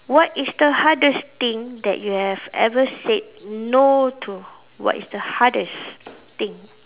what is the hardest thing that you have ever said no to what is the hardest thing